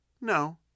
No